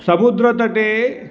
समुद्रतटे